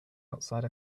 outside